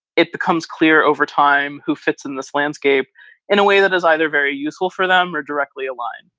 it becomes clear over time who fits in this landscape in a way that is either very useful for them or directly align.